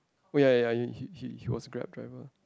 oh ya ya ya he he was Grab driver